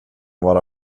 vara